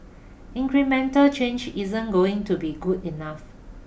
incremental change isn't going to be good enough